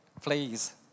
please